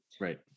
right